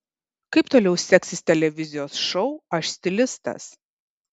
kaip toliau seksis televizijos šou aš stilistas